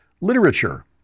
literature